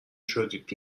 شدید